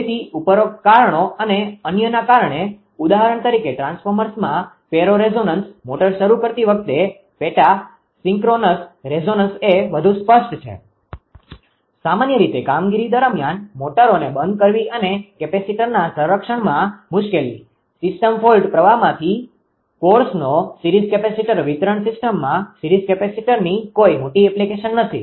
તેથી ઉપરોક્ત કારણો અને અન્યના કારણે ઉદાહરણ તરીકે ટ્રાન્સફોર્મર્સમાં ફેરો રેઝોનન્સ મોટર શરૂ કરતી વખતે પેટા સિંક્રોનસ રેઝોનન્સ એ વધુ સ્પષ્ટ છે સામાન્ય કામગીરી દરમિયાન મોટરોને બંધ કરવી અને કેપેસિટરના સંરક્ષણમાં મુશ્કેલી સિસ્ટમ ફોલ્ટ પ્રવાહમાંથી કોર્સનો સીરીઝ કેપેસિટર વિતરણ સીસ્ટમમાં સીરીઝ કેપેસિટરની કોઈ મોટી એપ્લિકેશન નથી